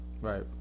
Right